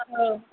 औ